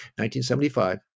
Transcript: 1975